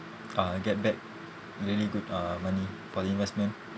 uh get back really good uh money for the investment